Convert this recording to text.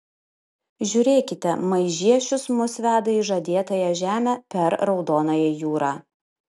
žiūrėkite maižiešius mus veda į žadėtąją žemę per raudonąją jūrą